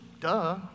duh